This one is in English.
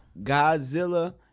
Godzilla